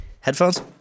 Headphones